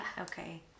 Okay